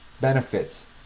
benefits